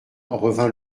revint